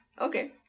Okay